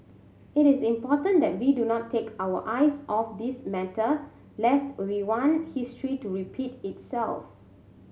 it is important that we do not take our eyes off this matter lest we want history to repeat itself